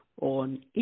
on